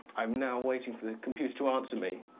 i'm now waiting for the computer to answer me.